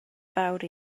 fawr